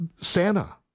Santa